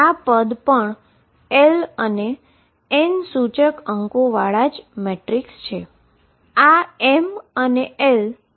આ પદ પણ l અને n ઈન્ડાઈસીસ જ મેટ્રિક્સ એલીમેન્ટ છે